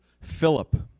Philip